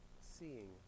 Seeing